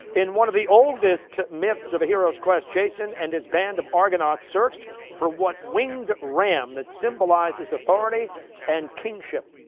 in one of the oldest myths of a hero's quest, jason and his band of argonauts searched for what winged ram that symbolizes authority and kingship?